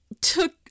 took